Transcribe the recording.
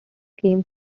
came